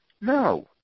No